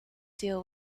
deal